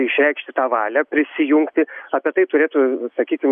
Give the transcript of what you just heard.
išreikšti tą valią prisijungti apie tai turėtų sakykim